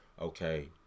okay